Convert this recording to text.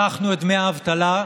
הארכנו את דמי האבטלה,